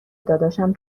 داداشم